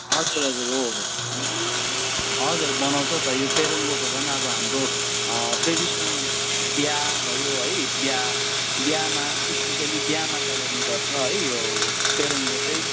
हजुर हजुर हो हो हजुर बनाउँछ त यो पेरुङ्गो त झन् अब हाम्रो ट्रेडिसनल बिहा भयो है बिहा बिहामा स्पेसियली बिहामा चलाउने गर्छ है यो पेरुङ्गो चाहिँ